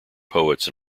poets